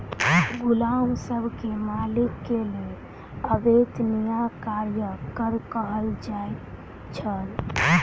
गुलाम सब के मालिक के लेल अवेत्निया कार्यक कर कहल जाइ छल